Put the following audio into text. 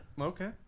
Okay